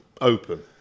open